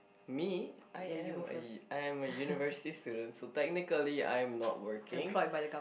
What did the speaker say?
me I am a I am a university student so technically I am not working